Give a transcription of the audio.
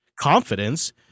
confidence